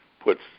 puts